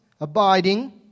abiding